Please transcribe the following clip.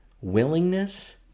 willingness